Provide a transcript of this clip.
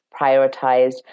prioritized